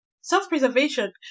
self-preservation